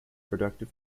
productive